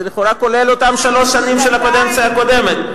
זה לכאורה כולל אותן שלוש שנים של הקדנציה הקודמת.